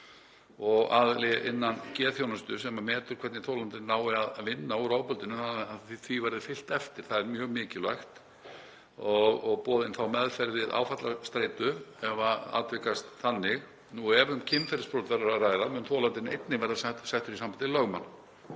og aðili innan geðþjónustu sem metur hvernig þolendur ná að vinna úr ofbeldinu og að því verði fylgt eftir, það er mjög mikilvægt, og boðin þá meðferð við áfallastreitu ef það atvikast þannig. Ef um kynferðisbrot er að ræða mun þolandinn einnig verða settur í samband við lögmann.